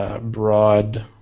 broad